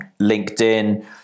LinkedIn